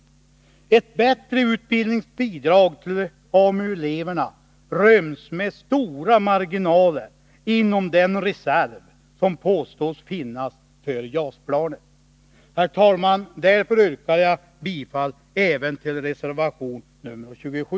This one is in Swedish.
Ett bättre utbildningsbidrag till AMU-eleverna ryms med stora marginaler inom den reserv som påstås finnas för JAS-planet. Herr talman! Därför yrkar jag bifall även till reservation nr 27.